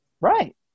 right